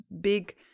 big